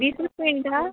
विसूच मिनटां